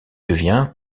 devient